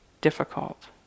difficult